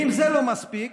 אם זה לא מספיק,